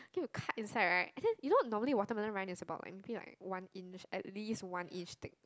then you cut inside right and then normally watermelon rind is about maybe like one inch at least one inch thick